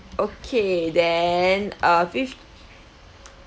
okay then uh fifth